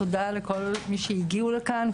תודה לכל מי שהגיע לכאן,